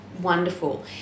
wonderful